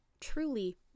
truly